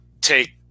take